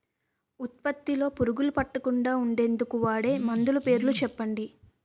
ఉత్పత్తి లొ పురుగులు పట్టకుండా ఉండేందుకు వాడే మందులు పేర్లు చెప్పండీ?